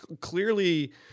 clearly